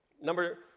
Number